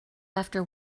after